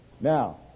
Now